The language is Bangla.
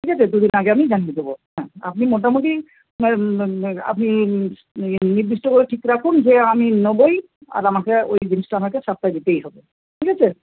ঠিক আছে দু দিন আগে আমি জানিয়ে দেবো হ্যাঁ আপনি মোটামুটি আপনি নির্দিষ্ট করে ঠিক রাখুন যে আমি নেবোই আর আমাকে ওই জিনিসটা আমাকে সাপ্লাই দিতেই হবে ঠিক আছে